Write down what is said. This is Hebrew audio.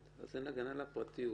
אני לא יודע אם זה ממד"א או איחוד הצלה